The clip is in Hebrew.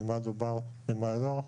על מה דובר ועל מה לא.